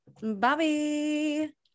bobby